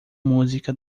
música